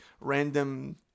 random